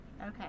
Okay